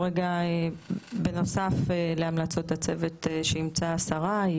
בנוסף להמלצות הצוות שאימצה השרה,